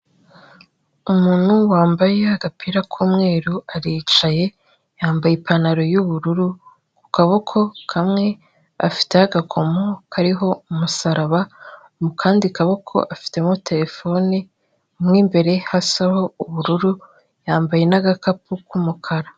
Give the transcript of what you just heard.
Umuntu wambaye agapira k'umweru aricaye, yambaye ipantaro y'ubururu, ku kaboko kamwe afiteho agakomo kariho umusaraba, mu kandi kaboko afitemo terefone, mo imbere hasaho ubururu, yambaye n'agakapu k'umukara.